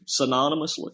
synonymously